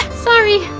sorry,